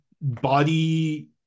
body